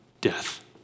death